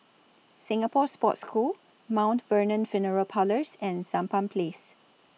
Singapore Sports School Mount Vernon Funeral Parlours and Sampan Place